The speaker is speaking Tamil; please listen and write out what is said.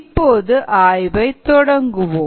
இப்போது ஆய்வை தொடங்குவோம்